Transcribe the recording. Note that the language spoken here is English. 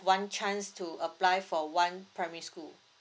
one chance to apply for one primary school